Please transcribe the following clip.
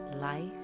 Life